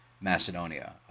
Macedonia